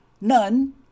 none